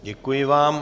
Děkuji vám.